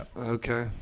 Okay